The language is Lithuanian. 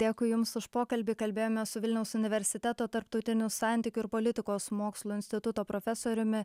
dėkui jums už pokalbį kalbėjome su vilniaus universiteto tarptautinių santykių ir politikos mokslų instituto profesoriumi